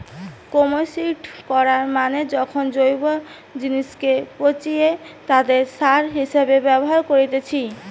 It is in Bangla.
কম্পোস্টিং করা মানে যখন জৈব জিনিসকে পচিয়ে তাকে সার হিসেবে ব্যবহার করেতিছে